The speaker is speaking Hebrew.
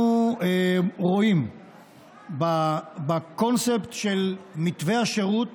אנחנו רואים בקונספט של מתווה השירות